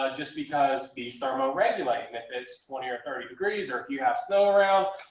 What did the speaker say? just because bees thermo regulate. if it's twenty or thirty degrees or you have snow around,